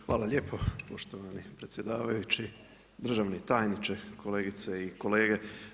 Hvala lijepo poštovani predsjedavajući, državni tajniče, kolegice i kolege.